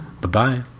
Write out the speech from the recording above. Bye-bye